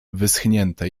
wyschnięte